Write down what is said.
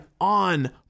on